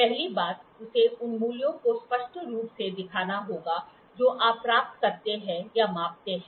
पहली बात उसे उन मूल्यों को स्पष्ट रूप से दिखाना होगा जो आप प्राप्त करते हैं या मापते हैं